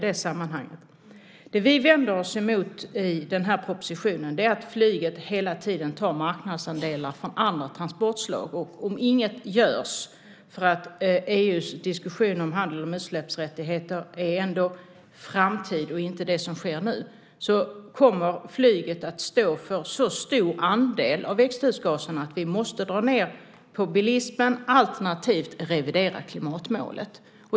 Det vi vänder oss emot i den här propositionen är att flyget hela tiden tar marknadsandelar från andra transportslag. Om inget görs för att EU:s diskussion om handel med utsläppsrätter gäller framtid och inte det som sker nu kommer flyget att stå för så stor andel av växthusgaserna att vi måste dra ned på bilismen alternativt revidera klimatmålet.